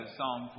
Psalm